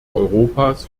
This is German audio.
europas